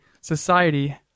society